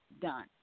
done